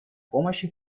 помощи